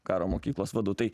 karo mokyklos vadu tai